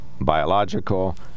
biological